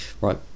right